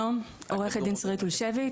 אני עורכת הדין שרית אולשביץ,